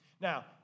Now